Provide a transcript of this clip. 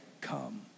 come